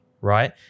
right